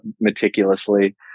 meticulously